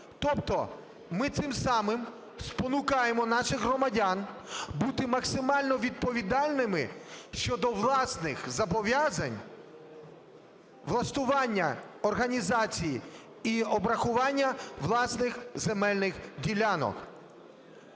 Тобто ми цим самим спонукаємо наших громадян бути максимально відповідальними щодо власних зобов'язань влаштування організації і обрахування власних земельних ділянок.